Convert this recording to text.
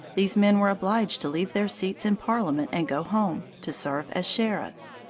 these men were obliged to leave their seats in parliament and go home, to serve as sheriffs.